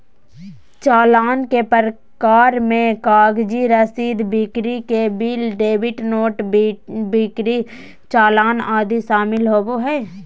चालान के प्रकार मे कागजी रसीद, बिक्री के बिल, डेबिट नोट, बिक्री चालान आदि शामिल होबो हय